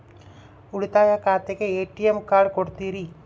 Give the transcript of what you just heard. ಉಳಿತಾಯ ಖಾತೆಗೆ ATM card ಕೊಡ್ತೇರಿ?